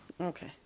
Okay